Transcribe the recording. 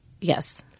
Yes